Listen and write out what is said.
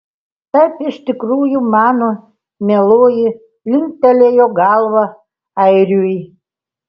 taip iš tikrųjų mano mieloji linktelėjo galva airiui